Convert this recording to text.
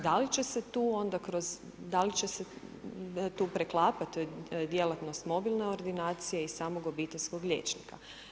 Da li će se tu onda kroz, da li će se tu preklapat djelatnost mobilne ordinacije i samog obiteljskog liječnika?